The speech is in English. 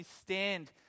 stand